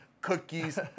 Cookies